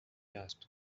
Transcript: asked